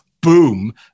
Boom